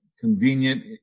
convenient